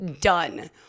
done